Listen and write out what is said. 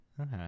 Okay